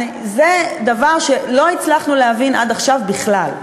זה דבר שלא הצלחנו להבין עד עכשיו בכלל,